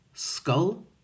Skull